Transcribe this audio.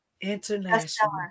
International